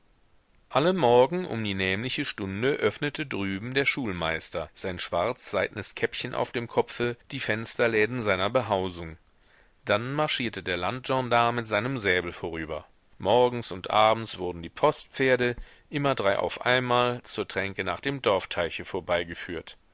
alle morgen um die nämliche stunde öffnete drüben der schulmeister sein schwarzseidnes käppchen auf dem kopfe die fensterläden seiner behausung dann marschierte der landgendarm mit seinem säbel vorüber morgens und abends wurden die postpferde immer drei auf einmal zur tränke nach dem dorfteiche vorbeigeführt